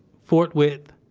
forthwith,